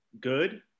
good